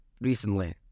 recently